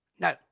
No